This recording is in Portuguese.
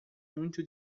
muito